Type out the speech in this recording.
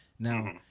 Now